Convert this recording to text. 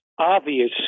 Obvious